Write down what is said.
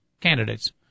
candidates